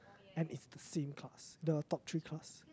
and it's the same class the top three class